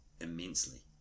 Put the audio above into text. immensely